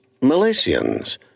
Malaysians